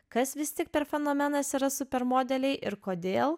kas vis tik per fenomenas yra super modeliai ir kodėl